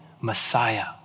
Messiah